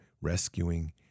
rescuing